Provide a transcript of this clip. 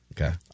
Okay